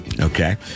Okay